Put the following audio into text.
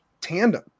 tandem